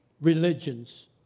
religions